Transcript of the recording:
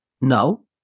no